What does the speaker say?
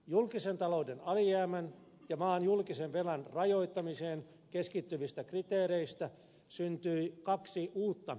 julkisen talouden alijäämän ja maan julkisen velan rajoittamiseen keskittyvistä kriteereistä syntyi kaksi uutta ongelmaa